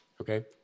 Okay